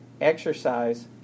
Exercise